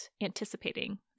anticipating